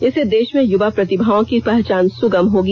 इससे देश में यूवा प्रतिभाओं की पहचान सुगम होगी